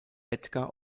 edgar